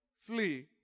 flee